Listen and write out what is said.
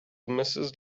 mrs